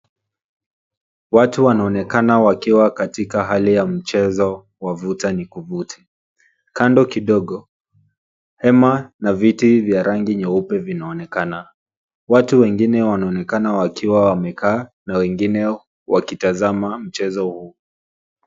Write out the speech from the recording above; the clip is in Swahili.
Watu wanaonekana wakiwa katika hali ya mchezo wa vuta nikuvute. Kando kidogo hema na viti vya rangi nyeupe vinaonekana. Watu wengine wanaonekana wakiwa wamekaa na wengine wakitazama mchezo huu.